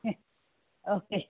आं ओके